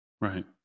Right